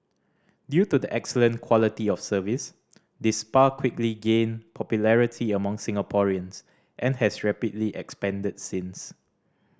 due to the excellent quality of service this spa quickly gained popularity among Singaporeans and has rapidly expanded since